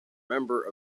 member